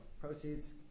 proceeds